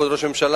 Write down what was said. כבוד ראש הממשלה,